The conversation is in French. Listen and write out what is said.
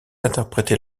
interprétée